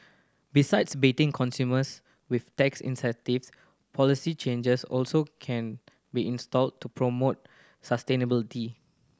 besides baiting consumers with tax incentives policy changes also can be instilled to promote sustainability